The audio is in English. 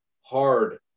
hard